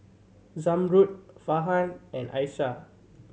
Zamrud Farhan and Aishah